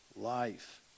life